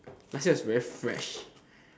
last year was very fresh